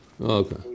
Okay